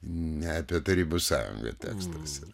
ne apie tarybų sąjungą tekstas yra